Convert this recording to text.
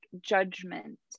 judgment